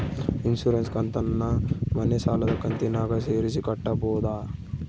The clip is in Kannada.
ಇನ್ಸುರೆನ್ಸ್ ಕಂತನ್ನ ಮನೆ ಸಾಲದ ಕಂತಿನಾಗ ಸೇರಿಸಿ ಕಟ್ಟಬೋದ?